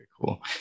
cool